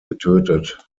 getötet